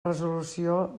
resolució